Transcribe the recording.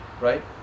right